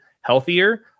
healthier